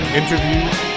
interviews